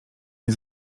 nie